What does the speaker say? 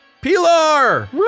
Pilar